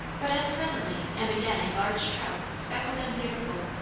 but as presently and again a large trout speckled and beautiful,